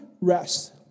rest